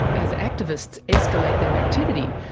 as activists escalate their activity,